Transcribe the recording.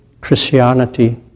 Christianity